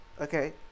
Okay